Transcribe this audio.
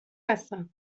هستم